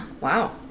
Wow